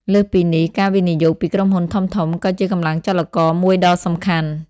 លើសពីនេះ ការវិនិយោគពីក្រុមហ៊ុនធំៗ ក៏ជាកម្លាំងចលករមួយដ៏សំខាន់។